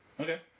Okay